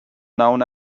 known